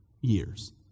years